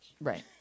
Right